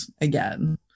again